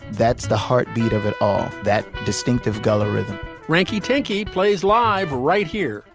that's the heartbeat of it all. that distinctive gullah rhythm frankie tinky plays live right here